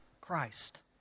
Christ